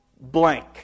blank